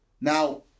now